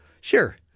Sure